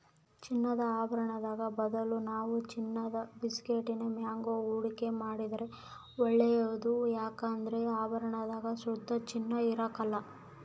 ಚಿನ್ನದ ಆಭರುಣುದ್ ಬದಲು ನಾವು ಚಿನ್ನುದ ಬಿಸ್ಕೆಟ್ಟಿನ ಮ್ಯಾಗ ಹೂಡಿಕೆ ಮಾಡಿದ್ರ ಒಳ್ಳೇದು ಯದುಕಂದ್ರ ಆಭರಣದಾಗ ಶುದ್ಧ ಚಿನ್ನ ಇರಕಲ್ಲ